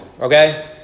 Okay